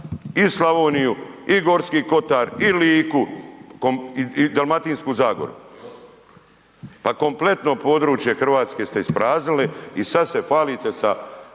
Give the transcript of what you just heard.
i Slavoniju i Gorski Kotar i Liku i Dalmatinsku zagoru. Pa kompletno područje Hrvatske ste ispraznili i sada se hvalite sa,